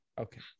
okay